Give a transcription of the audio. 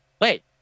Wait